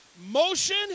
motion